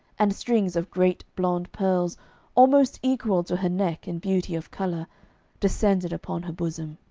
and strings of great blonde pearls almost equal to her neck in beauty of colour descended upon her bosom.